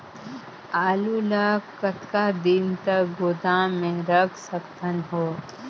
आलू ल कतका दिन तक गोदाम मे रख सकथ हों?